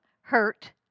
hurt